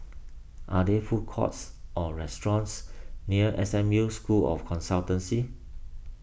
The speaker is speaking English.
are there food courts or restaurants near S M U School of Consultancy